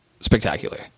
spectacular